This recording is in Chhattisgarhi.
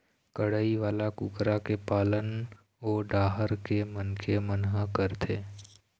लड़ई वाला कुकरा के पालन ओ डाहर के मनखे मन ह करथे